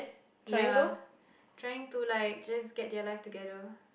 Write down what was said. ya trying to like just get your life together